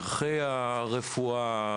ערכי הרפואה,